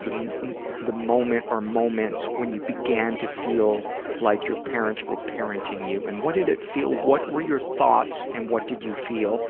the the moment or moments when you began to feel like your parents were parenting you. and what did it feel what were your thoughts and what did you feel?